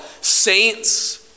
saints